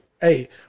hey